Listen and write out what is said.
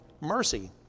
mercy